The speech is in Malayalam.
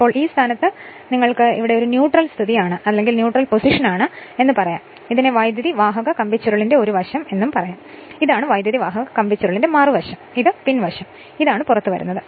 ഇപ്പോൾ ഈ സ്ഥാനത്ത് കണ്ടെത്തും അതിനാൽ നിങ്ങൾക്ക് ആ സമയത്ത് ഇത് ഒരു ന്യൂട്രൽ സ്ഥിതി ആണ് എന്ന് പറയാം ഇതിനെ വൈദ്യുതിവാഹക കമ്പിച്ചുരുളിന്റെ ഒരു വശം എന്ന് പറയാം ഇതാണ് വൈദ്യുതിവാഹക കമ്പിച്ചുരുളിന്റെ മറുവശം ഇതാണ് പിൻ വശം ഇതാണ് പുറത്തുവരുന്നത്